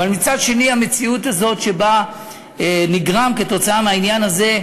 אבל מצד שני המציאות הזאת שבה נגרם כתוצאה מהעניין הזה,